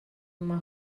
uma